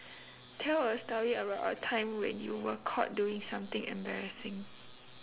tell a story about a time when you were caught doing something embarrassing